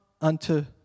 unto